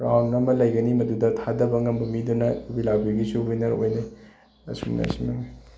round ꯑꯃ ꯂꯩꯒꯅꯤ ꯃꯗꯨꯗ ꯊꯥꯗꯕ ꯉꯝꯕ ꯃꯤꯗꯨꯅ ꯌꯨꯕꯤ ꯂꯥꯛꯄꯤꯒꯤꯁꯨ ꯋꯤꯅꯔ ꯑꯣꯏꯅꯩ ꯑꯁꯨꯝꯅ ꯑꯁꯤ ꯃꯉꯥꯏ